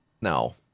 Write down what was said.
No